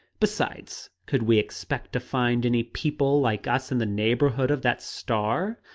besides, could we expect to find any people like us in the neighborhood of that star?